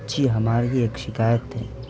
جی ہماری ہی ایک شکایت ہے